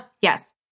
Yes